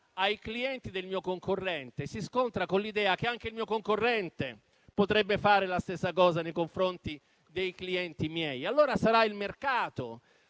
ai clienti del mio concorrente si scontra con l'idea che anche il mio concorrente potrebbe fare la stessa cosa nei confronti dei miei clienti. Allora sarà il mercato,